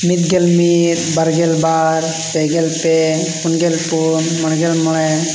ᱢᱤᱫ ᱜᱮᱞ ᱢᱤᱫ ᱵᱟᱨ ᱜᱮᱞ ᱵᱟᱨ ᱯᱮ ᱜᱮᱞ ᱯᱮ ᱯᱩᱱ ᱜᱮᱞ ᱯᱩᱱ ᱢᱚᱬᱮ ᱜᱮᱞ ᱢᱚᱬᱮ